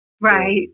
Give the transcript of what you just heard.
Right